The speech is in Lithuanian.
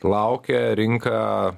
laukia rinka